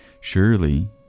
Surely